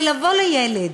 ולבוא לילד,